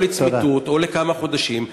או לצמיתות או לכמה חודשים.